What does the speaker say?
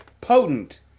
potent